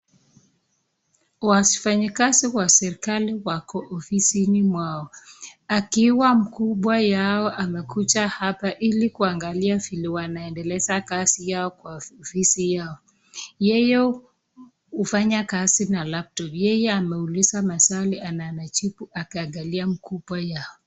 Wafanyikazi wa serikali wako ofisini mwao, akiwa mkubwa wao amekuja hapa ili kuangalia vile wanaendeleza kazi yao kwa ofisi yao. Yeye hufanya kazi na laptop ,yeye ameuliza maswali na anajibu akiangalia mkubwa wao.